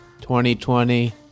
2020